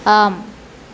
ஆம்